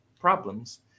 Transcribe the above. problems